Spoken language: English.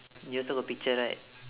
you also got picture right